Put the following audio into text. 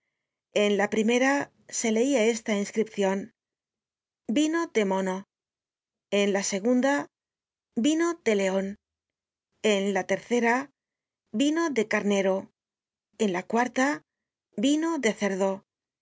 en la primera se leia esta inscripcion vino de mono en la segunda vino de leon en la tercera vino de carnero en la cuarta vino de cerdo